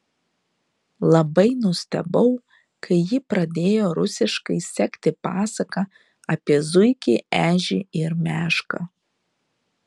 labai nustebau kai ji pradėjo rusiškai sekti pasaką apie zuikį ežį ir mešką